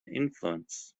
influence